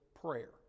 prayer